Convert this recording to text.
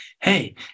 hey